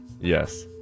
Yes